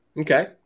Okay